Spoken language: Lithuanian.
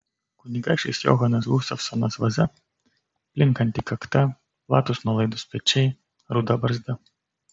kunigaikštis johanas gustavsonas vaza plinkanti kakta platūs nuolaidūs pečiai ruda barzda